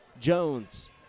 Jones